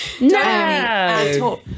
No